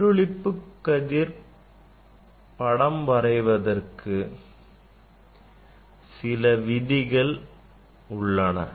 எதிரொளிப்பு கதிர் வரைபடம் வரைவதற்கு சில விதிகள் உள்ளன